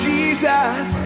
Jesus